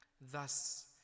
Thus